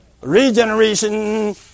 Regeneration